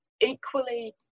equally